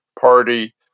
party